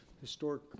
historic